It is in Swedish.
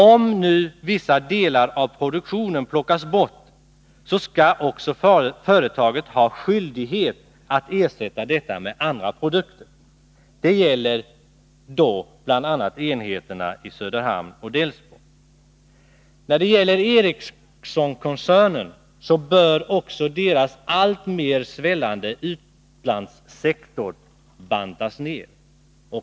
Om nu vissa delar av produktionen plockas bort, skall företaget ha skyldighet att ersätta dessa med andra produkter. Det gäller bl.a. enheterna i Söderhamn och Delsbo. När det gäller Ericssonkoncernen så bör dess alltmer svällande utlandssektor bantas ner.